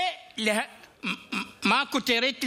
ומה הכותרת?